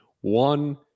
One